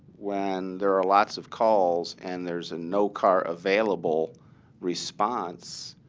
when there are lots of calls and there's no car available response,